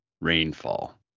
rainfall